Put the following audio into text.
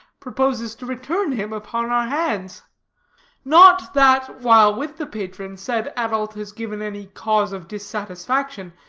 proposes to return him upon our hands not that, while with the patron, said adult has given any cause of dissatisfaction,